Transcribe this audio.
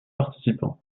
participants